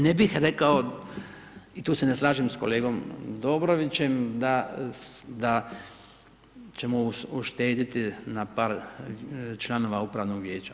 Ne bih rekao i tu se ne slažem s kolegom Dobrovićem da ćemo uštedjeti na par članova upravnog vijeća.